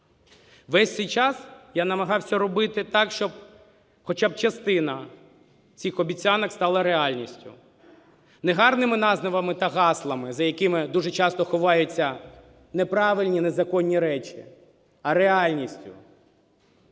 Весь цей час я намагався робити так, щоб хоча б частина цих обіцянок стала реальністю. Не гарними назвами та гаслами, за якими дуже часто ховаються неправильні і незаконні речі, а реальністю.